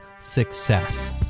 success